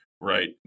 right